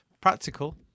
Practical